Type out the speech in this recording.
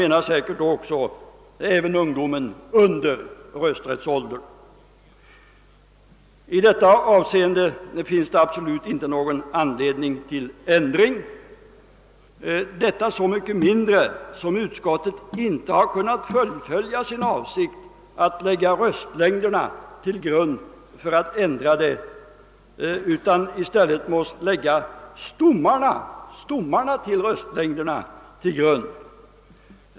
Jag tycker att detta är ett alldeles riktigt synsätt. På denna punkt finns således absolut ingen anledning till ändring, särskilt som utskottet inte kunnat fullfölja sin avsikt att röstlängderna skulle läggas till grund för fördelningen av mandaten mellan valkretsarna, utan man i stället måste använda stommarna till röstlängderna som grund.